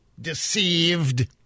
deceived